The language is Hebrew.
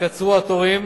יתקצרו התורים